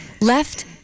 Left